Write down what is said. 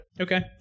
Okay